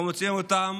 אנחנו מוצאים אותם